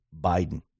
Biden